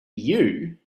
you